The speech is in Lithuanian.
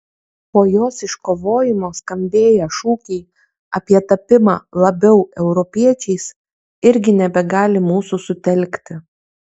po jos iškovojimo skambėję šūkiai apie tapimą labiau europiečiais irgi nebegali mūsų sutelkti